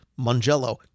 Mangello